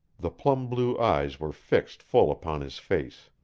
the plum-blue eyes were fixed full upon his face.